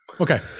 Okay